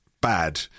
bad